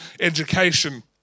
education